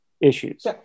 issues